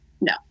no